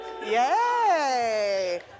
Yay